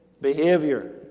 behavior